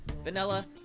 vanilla